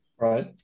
Right